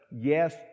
yes